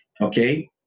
Okay